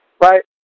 right